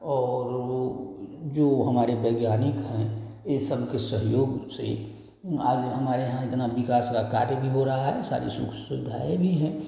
और वह जो हमारे वैज्ञानिक हैं इ सबके सहयोग से ही आज हमारे यहाँ इतना विकास का कार्य भी हो रहा है यह सारी सुख सुविधाएँ भी हैं